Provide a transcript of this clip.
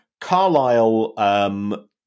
Carlisle